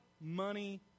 Money